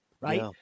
right